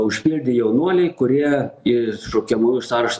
užpildė jaunuoliai kurie į šaukiamųjų sąrašą